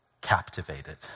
captivated